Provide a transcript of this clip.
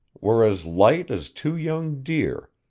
were as light as two young deer,